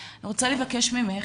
אני רוצה לבקש ממך,